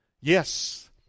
Yes